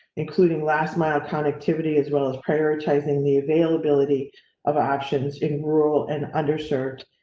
including last mile kind of activity as well as prioritizing the availability of options in rural and underserved.